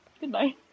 Goodbye